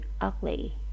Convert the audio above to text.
ugly